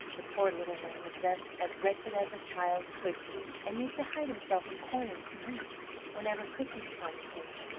the poor little one was thus as wretched as a child could be and used to hide himself in corners to weep whenever christmas time came.